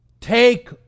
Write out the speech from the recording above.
Take